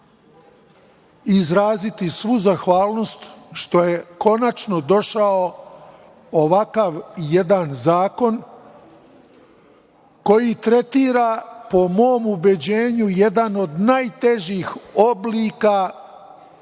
izraziti svu zahvalnost što je konačno došao ovakav jedan zakon koji tretira po mom ubeđenju jedan od najtežih oblika